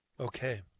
Okay